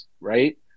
right